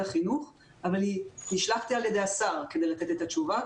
החינוך אבל נשלחתי על-ידי השר כדי לתת את התשובה,